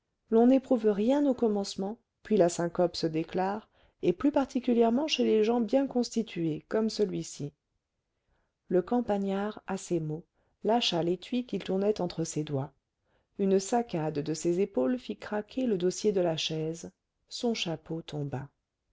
l'on n'éprouve rien au commencement puis la syncope se déclare et plus particulièrement chez les gens bien constitués comme celui-ci le campagnard à ces mots lâcha l'étui qu'il tournait entre ses doigts une saccade de ses épaules fit craquer le dossier de la chaise son chapeau tomba